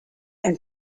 and